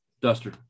Duster